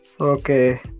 Okay